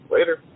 Later